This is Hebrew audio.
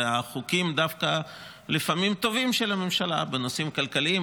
ודווקא חוקים טובים של הממשלה בנושאים כלכליים,